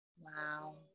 Wow